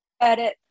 edit